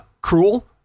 cruel